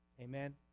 Amen